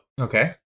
Okay